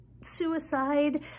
suicide